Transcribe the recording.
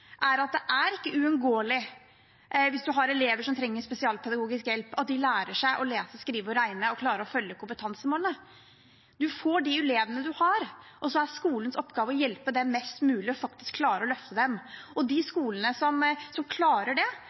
er at det er ikke uunngåelig, hvis man har elever som trenger spesialpedagogisk hjelp, at de lærer å lese, skrive og regne og klarer å følge kompetansemålene. Man får de elevene man får, og så er det skolens oppgave å hjelpe dem best mulig og faktisk klare å løfte dem. Og for de skolene som klarer det,